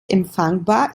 empfangbar